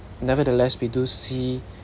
nevertheless we do see